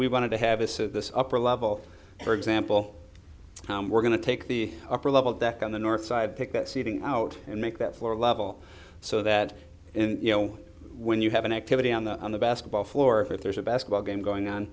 we wanted to have is so this upper level for example we're going to take the upper level deck on the north side pick that seating out and make that floor level so that you know when you have an activity on the basketball floor if there's a basketball game going on